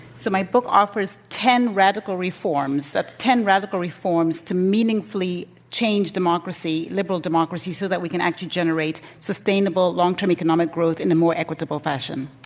so, my book offers ten radical reforms. that's ten radical reforms to meaningfully change democracy, liberal democracy, so that we can actually generate sustainable long-term economic growth in a more equitable fashion.